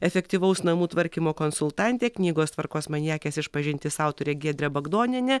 efektyvaus namų tvarkymo konsultantė knygos tvarkos maniakės išpažintis autorė giedrė bagdonienė